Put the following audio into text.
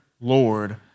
Lord